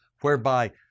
whereby